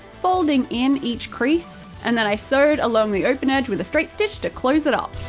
folding in each crease. and then i sewed along the open edge with a straight stitch to close it up.